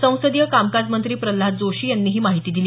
संसदीय कामकाजमंत्री प्रल्हाद जोशी यांनी ही माहिती दिली